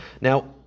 Now